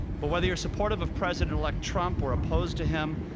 but whether you're supportive of president-elect trump or opposed to him,